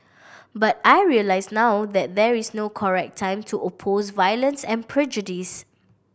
but I realise now that there is no correct time to oppose violence and prejudice